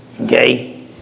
Okay